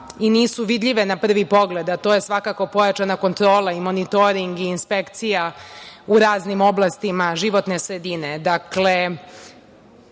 i nisu vidljive na prvi pogled, a to je pojačana kontrola i monitoring i inspekcija u raznim oblastima životne sredine. Naravno